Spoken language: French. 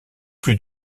plus